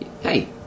Hey